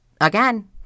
Again